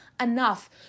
enough